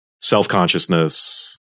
self-consciousness